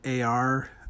AR